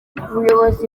ubuyobozi